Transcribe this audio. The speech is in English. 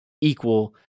equal